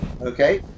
okay